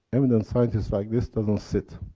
eminent scientists like this doesn't sit.